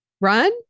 Run